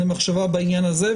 למחשבה בעניין הזה.